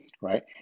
right